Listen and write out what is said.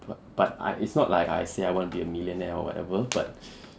but but I it's not like I say I wanna be a millionaire or whatever but